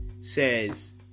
says